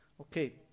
Okay